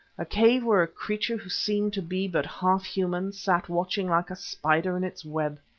a cave where a creature who seemed to be but half-human, sat watching like a spider in its web.